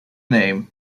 name